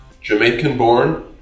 Jamaican-born